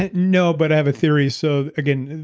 ah no, but i have a theory. so again,